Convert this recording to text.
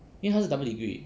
因为他是 double degree